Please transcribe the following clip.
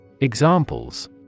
Examples